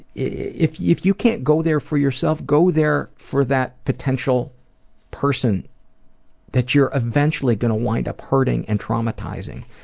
if if you can't go there for yourself, go there for that potential person that you're eventually gonna wind up hurting and traumatizing.